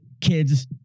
kids